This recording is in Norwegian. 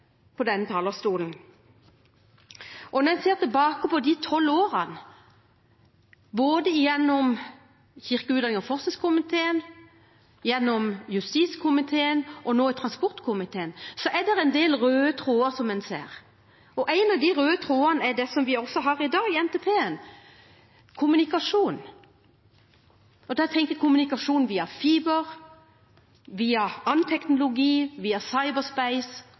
fra denne talerstolen. Når jeg ser tilbake på de tolv årene i Stortinget, både i kirke-, utdannings- og forskningskomiteen, i justiskomiteen og nå i transportkomiteen, er det en del røde tråder. En av de røde trådene er det som vi har i dag i NTP-en, kommunikasjon. Da tenker jeg på kommunikasjon via fiber, via annen teknologi, via cyberspace